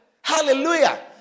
Hallelujah